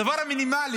הדבר המינימלי